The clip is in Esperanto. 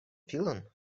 filon